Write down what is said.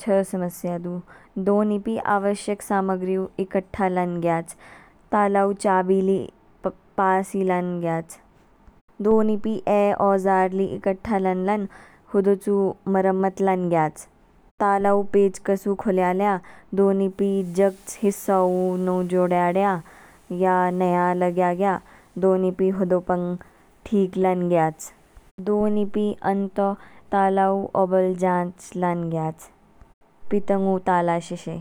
छ समस्या दू। दो नीपी आवष्यक सामगरीयू इक्ट्ठा लानगयाच तालाउ चाबी ली पासी लानगयाच। दो नीपी ए औझार ली इक्ट्ठा लान लान हुदुचु मरम्मत लानग्याच। तालाउ पेचकसु खुल्याल्या दो नीपी जक्च हिसाउ नु जोढयाया या न्या लग्याग्या दो नीपी होदोपंग ठीक लानग्याच। दो नीपी अंतो तालाउ ओबोल जांच लानग्याच, पीतोंगु ताला शेशे।